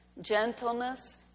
gentleness